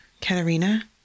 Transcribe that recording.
Katerina